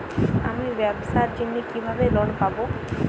আমি ব্যবসার জন্য কিভাবে লোন পাব?